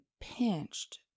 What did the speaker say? pinched